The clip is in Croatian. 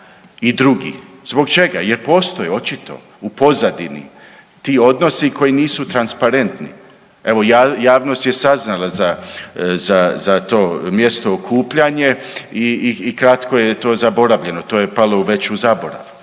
i drugi. Zbog čega? Jer postoje očito, u pozadini, ti odnosi koji nisu transparentni. Evo javnost je saznala za to mjesto okupljanje, i kratko je to zaboravljeno. To je palo već u zaborav.